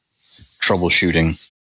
troubleshooting